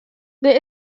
there